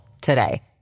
today